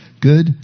good